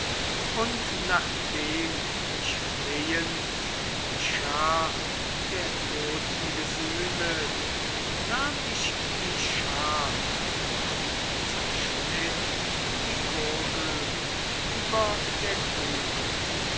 und nachdem ich flehend die schar der toten gesühnet nahm ich die schaf und zerschnitt die gurgeln über der grube